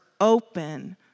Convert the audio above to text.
open